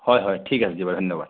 হয় হয় ঠিক আছে বাৰু ধন্যবাদ